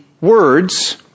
words